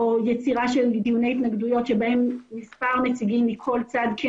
או יצירה של דיוני התנגדויות בהם מספר מציגים מכל צד כן